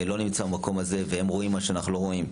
לא נמצא במקום הזה והם רואים מה שאנחנו לא רואים,